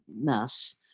Mass